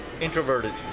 introverted